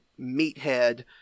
meathead